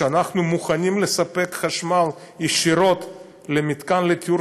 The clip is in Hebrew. שאנחנו מוכנים לספק חשמל ישירות למתקן לטיהור